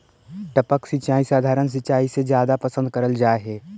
टपक सिंचाई सधारण सिंचाई से जादा पसंद करल जा हे